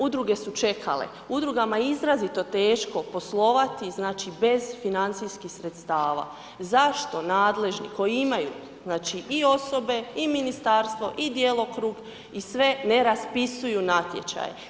Udruge su čekale, udrugama je izrazito teško poslovati bez financijskih sredstava, zašto nadležni koji imaju i osobe i ministarstvo i djelokrug i sve ne raspisuju natječaj?